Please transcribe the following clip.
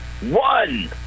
one